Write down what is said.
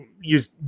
use